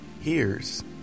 hears